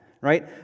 Right